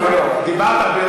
לא, לא, דיברת הרבה יותר.